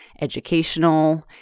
educational